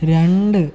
രണ്ട്